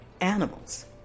animals